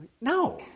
No